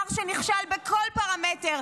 שר שנכשל בכל פרמטר,